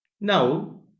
Now